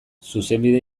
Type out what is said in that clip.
zuzenbide